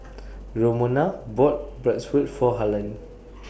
Romona bought Bratwurst For Harlan